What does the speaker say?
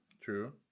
True